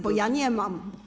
Bo ja nie mam.